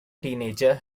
teenager